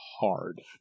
hard